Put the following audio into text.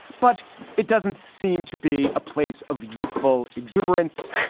but it doesn't seem to be a place of youthful exuberance.